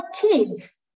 kids